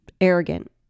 arrogant